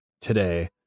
today